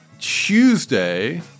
Tuesday—